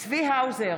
צבי האוזר,